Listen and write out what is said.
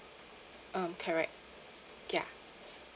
um correct ya